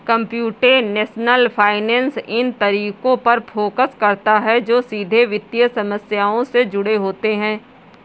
computational finance इन तरीकों पर फोकस करता है जो सीधे वित्तीय समस्याओं से जुड़े होते हैं